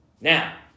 Now